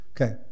Okay